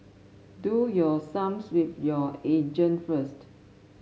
do your sums with your agent first